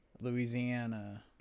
Louisiana